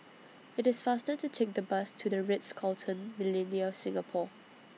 IT IS faster to Take The Bus to The Ritz Carlton Millenia Singapore